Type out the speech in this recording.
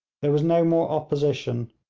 there was no more opposition,